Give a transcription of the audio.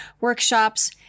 workshops